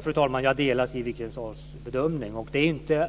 Fru talman! Jag delar Siw Wittgren-Ahls bedömning. Man kan inte